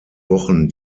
wochen